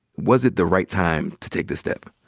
was it the right time to take this step?